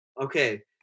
Okay